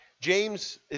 James